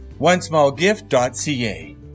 onesmallgift.ca